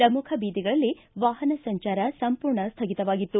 ಪ್ರಮುಖ ಬೀದಿಗಳಲ್ಲಿ ವಾಹನ ಸಂಚಾರ ಸಂಪೂರ್ಣ ಸ್ಥಗಿತವಾಗಿತ್ತು